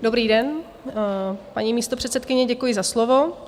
Dobrý den, paní místopředsedkyně, děkuji za slovo.